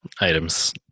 items